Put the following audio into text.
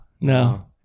no